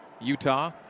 Utah